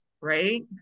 right